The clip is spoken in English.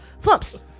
flumps